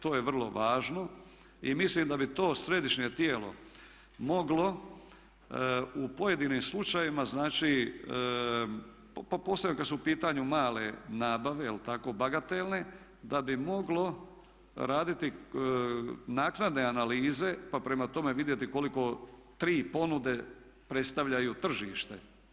To je vrlo važno i mislim da bi to središnje tijelo moglo u pojedinim slučajevima znači i posebno kad su u pitanju male nabave bagatelne da bi moglo raditi naknadne analize pa prema tome vidjeti koliko 3 ponude predstavljaju tržište.